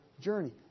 journey